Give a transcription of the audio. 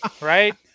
right